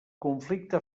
conflicte